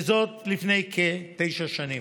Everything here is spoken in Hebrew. וזאת לפני כתשע שנים.